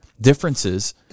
differences